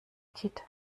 kit